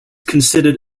considered